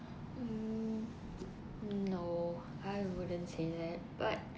mm no I wouldn't say that but